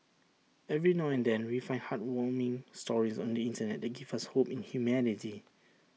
every now and then we find heartwarming stories on the Internet give us hope in humanity